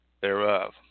thereof